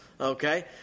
Okay